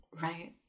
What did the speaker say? Right